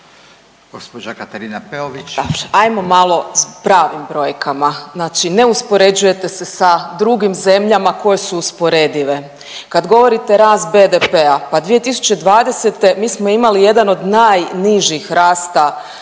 **Peović, Katarina (RF)** Dobro, hajmo malo sa pravim brojkama. Znači ne uspoređujete se sa drugim zemljama koje su usporedive. Kad govorite rast BDP-a pa 2020. mi smo imali jedan od najnižih rasta